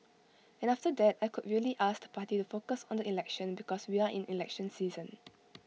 and after that I could really ask the party to focus on the election because we are in election season